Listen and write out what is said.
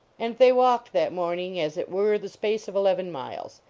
and they walked that morning as it were the space of eleven miles.